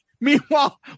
Meanwhile